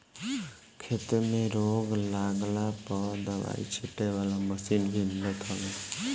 खेते में रोग लागला पअ दवाई छीटे वाला मशीन भी मिलत हवे